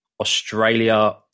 Australia